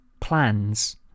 Plans